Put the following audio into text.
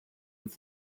with